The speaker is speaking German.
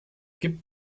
gibt